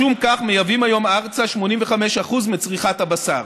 משום כך, מייבאים היום ארצה 85% מצריכת הבשר.